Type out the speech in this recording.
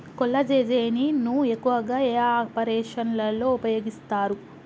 కొల్లాజెజేని ను ఎక్కువగా ఏ ఆపరేషన్లలో ఉపయోగిస్తారు?